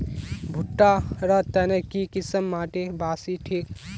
भुट्टा र तने की किसम माटी बासी ठिक?